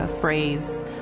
phrase